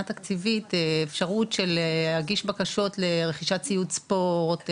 תקציבית אפשרות להגיש בקשות לרכישת ציוד ספורט,